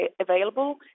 available